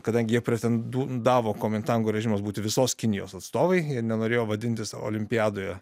kadangi jie pretendavo komintango režimas būti visos kinijos atstovai ir nenorėjo vadintis olimpiadoje